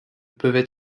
peuvent